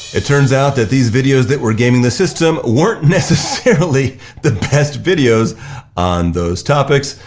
it turns out that these videos that were gaming the system weren't necessarily the best videos on those topics.